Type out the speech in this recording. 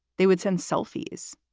they would send selfies.